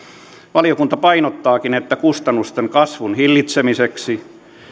valiokunta painottaakin että kustannusten kasvun hillitsemiseksi